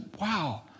wow